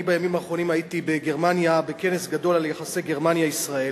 אני בימים האחרונים הייתי בגרמניה בכנס גדול על יחסי גרמניה ישראל,